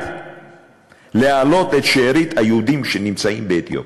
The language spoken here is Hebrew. מייד את שארית היהודים שנמצאים באתיופיה.